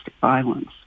violence